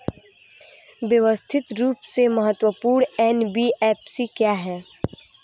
व्यवस्थित रूप से महत्वपूर्ण एन.बी.एफ.सी क्या हैं?